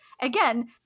again